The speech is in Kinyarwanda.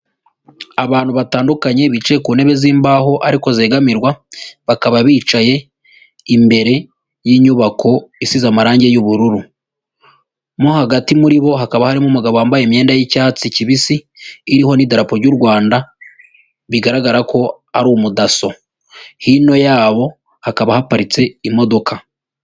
Abantu batandukanye bicaye ku ntebe zimbaho ariko zegamirwa bakaba bicaye imbere y'inyubako isize amarangi y'ubururu, mo hagati muri bo hakaba harimo umugabo wambaye imyenda y'icyatsi kibisi iriho'itararapo y'u rwanda bigaragara ko ari umudaso, hino yabo hakaba haparitse imodoka